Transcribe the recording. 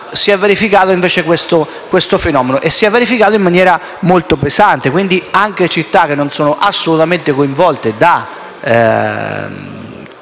si è verificato anche questo fenomeno e si è verificato con effetti molto pesanti. Quindi, anche città che non sono assolutamente coinvolte da